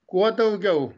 kuo daugiau